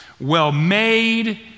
well-made